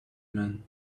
man